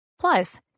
Plus